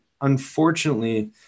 unfortunately